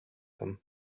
them